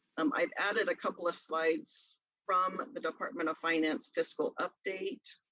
um i've added a couple of slides from and the department of finance fiscal update.